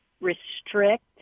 restrict